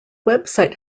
website